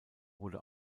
wurde